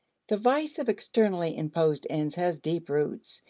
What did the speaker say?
the vice of externally imposed ends has deep roots.